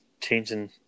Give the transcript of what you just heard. Changing